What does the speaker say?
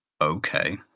okay